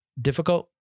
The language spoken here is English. difficult